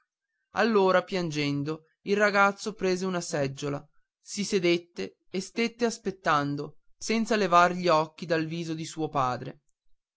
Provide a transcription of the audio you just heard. allora piangendo il ragazzo prese una seggiola sedette e stette aspettando senza levar gli occhi dal viso di suo padre